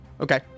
Okay